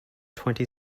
twenty